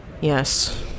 Yes